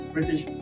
British